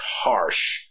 harsh